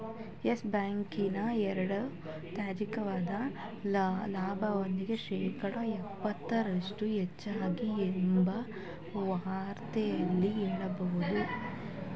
Yes Bank ನ ಎರಡನೇ ತ್ರೈಮಾಸಿಕ ಲಾಭಗಳಿಗೆ ಶೇಕಡ ಎಪ್ಪತೈದರಷ್ಟು ಹೆಚ್ಚಾಗಿದೆ ಎಂದು ವಾರ್ತೆಯಲ್ಲಿ ಹೇಳದ್ರು